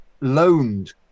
loaned